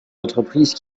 entreprises